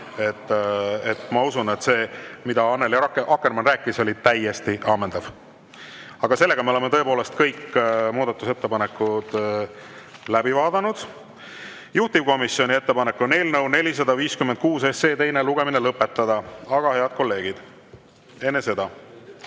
Ma usun, et see, mida Annely Akkermann rääkis, oli täiesti ammendav.Me oleme tõepoolest kõik muudatusettepanekud läbi vaadanud. Juhtivkomisjoni ettepanek on eelnõu 456 teine lugemine lõpetada, aga, head kolleegid, enne seda: